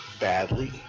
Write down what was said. badly